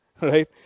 Right